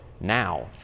now